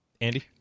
Andy